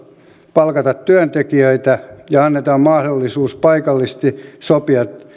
palkata työntekijöitä ja annetaan mahdollisuus paikallisesti sopia